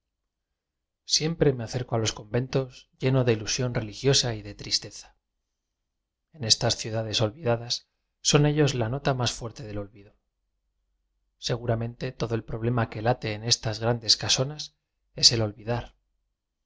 iempre me acerco a los conventos lleno de ilusión religiosa y de tristeza en es tas ciudades olvidadas son ellos la nota más fuerte de olvido seguramente todo el problema que late en estas grandes caso nas es el